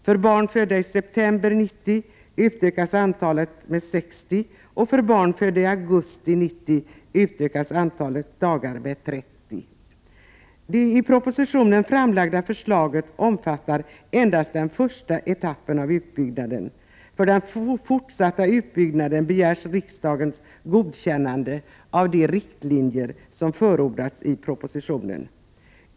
För barn födda i september 1990 utökas antalet med 60 dagar och för barn födda i augusti 1990 utökas antalet dagar med 30. Det i propositionen framlagda förslaget omfattar endast den första etappen av utbyggnaden. För den fortsatta utbyggnaden begärs riksdagens godkännande av de riktlinjer som förordas i propositionen.